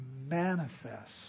manifest